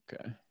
Okay